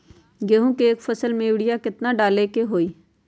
गेंहू के एक फसल में यूरिया केतना बार डाले के होई?